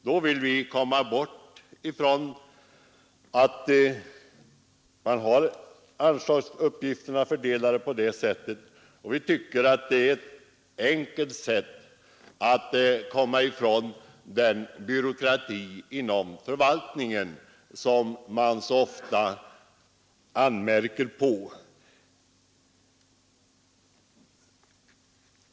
Då vill vi ha bort denna fördelning av anslagsuppgifterna, och vi tycker att det är ett enkelt sätt att i detta fall komma ifrån den byråkrati inom förvaltningen som man så ofta anmärker på.